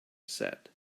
said